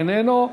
איננו.